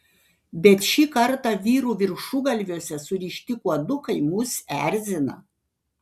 bet šį kartą vyrų viršugalviuose surišti kuodukai mus erzina